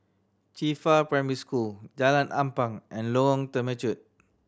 Qifa Primary School Jalan Ampang and Lorong Temechut